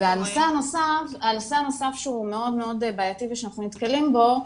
הנושא הנוסף שהוא מאוד מאוד בעייתי ושאנחנו נתקלים בו,